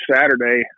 Saturday